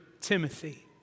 Timothy